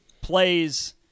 plays